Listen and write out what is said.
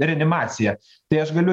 reanimaciją tai aš galiu